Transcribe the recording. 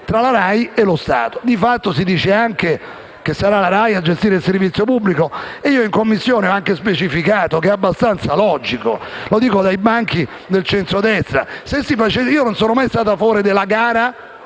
tra la RAI e lo Stato. Di fatto si dice anche che sarà la RAI a gestire il servizio pubblico. In Commissione ho anche specificato che quest'ultimo passaggio è abbastanza logico, lo dico dai banchi del centrodestra. Io non sono mai stato a favore della gara.